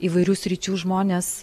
įvairių sričių žmonės